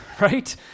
right